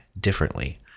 differently